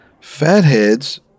Fatheads